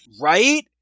right